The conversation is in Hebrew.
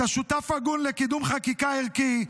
אתה שותף הגון לקידום חקיקה ערכית.